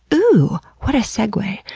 ooooh, what a segue!